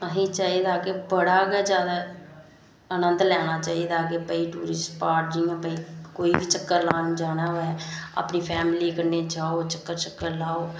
असेंगी चाहिदा कि बड़ा गै जादै आनंद लैना चाहिदा कि भाई कोई बी चक्कर लाने गी जाना होऐ अपनी फैमिली कन्नै जाओ चक्कर लाओ